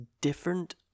different